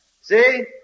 See